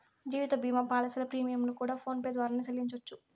జీవిత భీమా పాలసీల ప్రీమియంలు కూడా ఫోన్ పే ద్వారానే సెల్లించవచ్చు